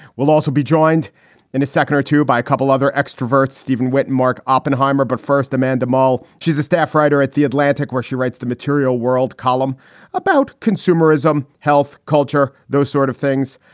we'll also be and in a second or two by a couple other extroverts, stephen wit, mark oppenheimer. but first, amanda maul. she's a staff writer at the atlantic where she writes the material world column about consumerism, health, culture, those sort of things.